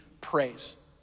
praise